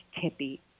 tippy